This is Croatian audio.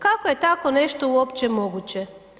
Kako je tako nešto uopće moguće?